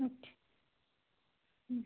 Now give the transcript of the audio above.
okay മ്